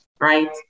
right